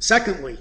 secondly